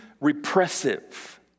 repressive